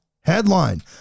headline